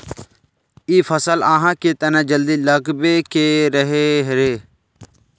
इ फसल आहाँ के तने जल्दी लागबे के रहे रे?